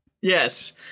Yes